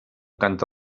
canta